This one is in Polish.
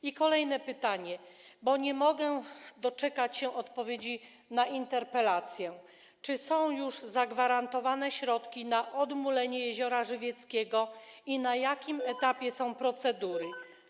I kolejne pytanie, bo nie mogę doczekać się odpowiedzi na interpelację: Czy są już zagwarantowane środki na odmulenie Jeziora Żywieckiego i na jakim etapie są procedury?